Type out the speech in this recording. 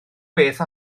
beth